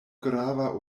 grava